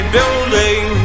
Building